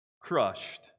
crushed